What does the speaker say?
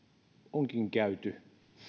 onkin käyty